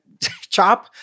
chop